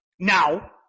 Now